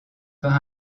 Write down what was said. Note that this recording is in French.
par